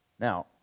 Now